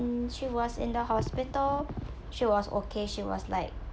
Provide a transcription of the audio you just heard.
she was in the hospital she was okay she was like